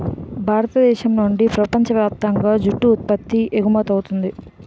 భారతదేశం నుండి ప్రపంచ వ్యాప్తంగా జూటు ఉత్పత్తి ఎగుమవుతుంది